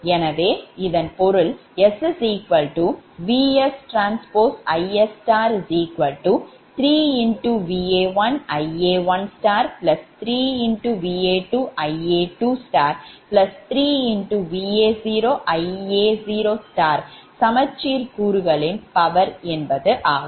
எனவே இதன் பொருள் 𝑆VSTIs3Va1Ia13Va2Ia23Va0Ia0 சமச்சீர் கூறுகளின் power என்பது ஆகும்